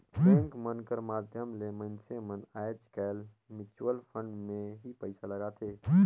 bank मन कर माध्यम ले मइनसे मन आएज काएल म्युचुवल फंड में ही पइसा लगाथें